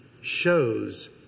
shows